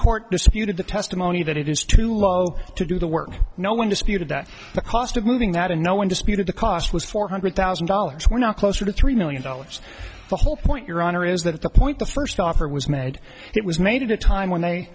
court disputed the testimony that it is too low to do the work no one disputed that the cost of moving that and no one disputed the cost was four hundred thousand dollars were not closer to three million dollars the whole point your honor is that the point the first offer was made it was made at a time when they